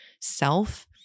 self